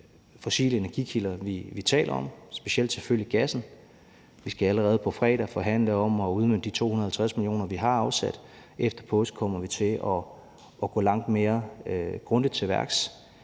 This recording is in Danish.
fossile energikilder, vi taler om, specielt selvfølgelig gassen. Vi skal allerede på fredag forhandle om at udmønte de 250 mio. kr., vi har afsat. Efter påske kommer vi til at gå langt mere grundigt til værks